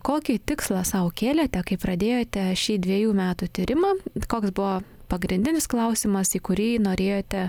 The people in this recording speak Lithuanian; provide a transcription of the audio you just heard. kokį tikslą sau kėlėte kaip pradėjote šį dviejų metų tyrimą koks buvo pagrindinis klausimas į kurį norėjote